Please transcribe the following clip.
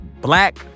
black